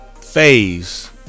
phase